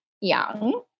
young